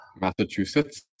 Massachusetts